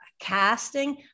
casting